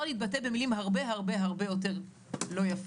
להתבטא במילים הרבה הרבה הרבה יותר לא יפות.